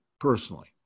Personally